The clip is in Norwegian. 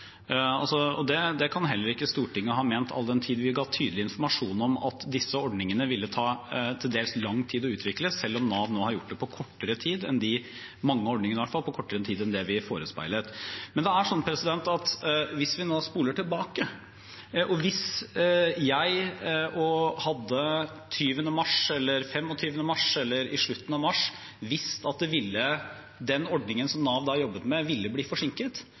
Det kan heller ikke Stortinget ha ment all den tid vi ga tydelig informasjon om at disse ordningene ville det ta til dels lang tid å utvikle, selv om Nav nå har gjort det – mange av ordningene, i hvert fall – på kortere tid enn vi forespeilet. Men hvis vi nå spoler tilbake: Hvis jeg den 20. mars – eller 25. mars, eller i slutten av mars – hadde visst at den ordningen som Nav da jobbet med, ville bli forsinket,